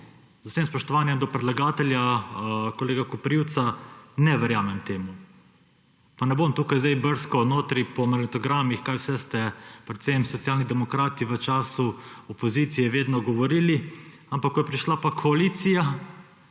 Z vsem spoštovanjem do predlagatelja, kolega Koprivca, ne verjamem temu. Pa ne bom tukaj zdaj brskal po magnetogramih, kaj vse ste, predvsem Socialni demokrati, v času opozicije vedno govorili, ampak ko je prišla pa koalicija,